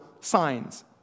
signs